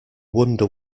wonder